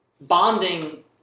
bonding